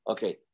Okay